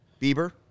Bieber